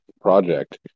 project